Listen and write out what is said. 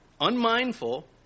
Unmindful